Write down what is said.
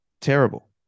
terrible